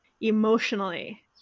emotionally